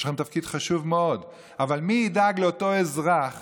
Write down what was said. יש להם תפקיד חשוב מאוד, אבל מי ידאג לאותו אזרח